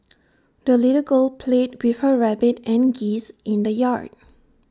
the little girl played with her rabbit and geese in the yard